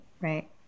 right